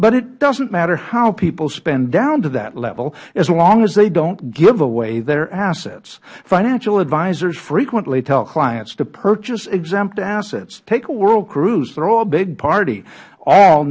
but it doesnt matter how people spend down to that level as long as they dont give away their assets financial advisors frequently tell clients to purchase exempt assets take a world cruise throw a big party all